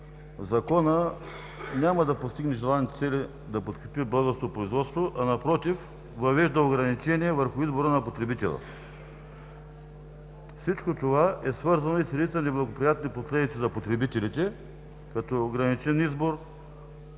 Законът няма да постигне желаните цели – да подкрепи българското производство, а напротив – въвежда ограничение върху избора на потребителя. Всичко това е свързано и с редица неблагоприятни последици за потребителите, като ограничен избор,